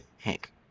Hank